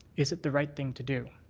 is it the right thing to do?